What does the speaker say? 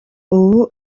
ubu